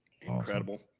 Incredible